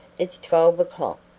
it's twelve o'clock.